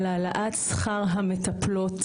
על העלאת שכר המטפלות